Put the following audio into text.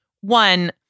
one